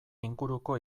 inguruko